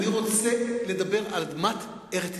אני רוצה לדבר על אדמת ארץ-ישראל.